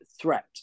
threat